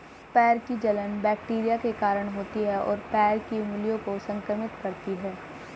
पैर की जलन बैक्टीरिया के कारण होती है, और पैर की उंगलियों को संक्रमित करती है